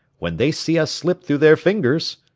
when they see us slip through their fingers!